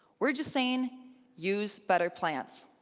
we're just saying use better plants.